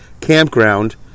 campground